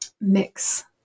mix